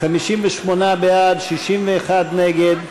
58 בעד, 61 נגד.